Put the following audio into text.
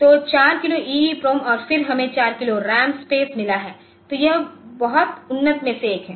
तो 4 kilo EEPROM और फिर हमें 4 किलो रैम स्पेस मिला है तो यह बहुत उन्नत में से एक है